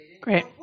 Great